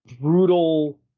brutal